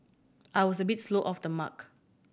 I was a bit slow off the mark